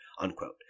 unquote